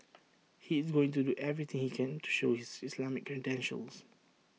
he is going to do everything he can to show his Islamic credentials